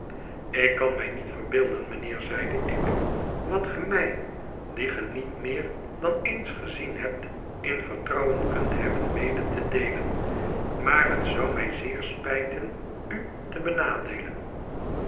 ik kan mij niet verbeelden mijnheer zeide ik wat ge mij die ge niet meer dan eens gezien hebt in vertrouwen kunt hebben mede te deelen maar het zou mij zeer spijten u te benadeelen